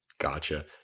Gotcha